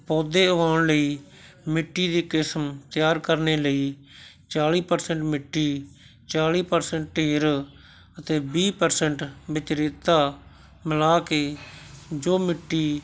ਪੌਦੇ ਉਗਾਉਣ ਲਈ ਮਿੱਟੀ ਦੀ ਕਿਸਮ ਤਿਆਰ ਕਰਨ ਲਈ ਚਾਲ੍ਹੀ ਪ੍ਰਸੈਂਟ ਮਿੱਟੀ ਚਾਲ੍ਹੀ ਪ੍ਰਸੈਂਟ ਅਤੇ ਵੀਹ ਪ੍ਰਸੈਂਟ ਵਿੱਚ ਰੇਤਾ ਮਿਲਾ ਕੇ ਜੋ ਮਿੱਟੀ